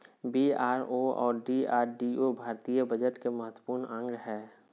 BRO और DRDO भारतीय budget के महत्वपूर्ण अंग हय